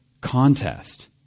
contest